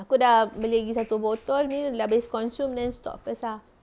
aku dah beli lagi satu botol bila dah habis consume then stop first ah